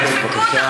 חמש דקות בבקשה.